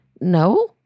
No